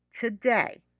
today